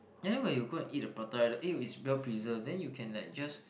and then when you go and eat the prata right the egg yolk is well preserved then you can like just